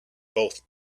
both